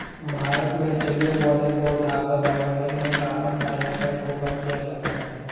भारत में जलीय पौधों को उठाकर वायुमंडल में कार्बन डाइऑक्साइड को कम किया जाता है